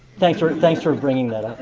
thanks sort of thanks for bringing that up.